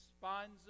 finds